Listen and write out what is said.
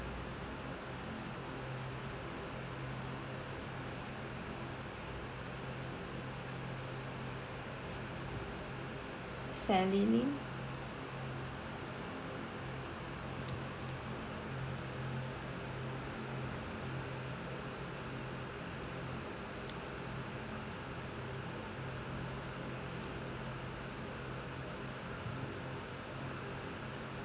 sally